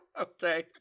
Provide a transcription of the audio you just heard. Okay